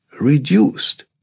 reduced